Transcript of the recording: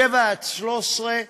שבע עד 13,